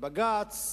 בג"ץ